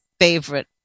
favorite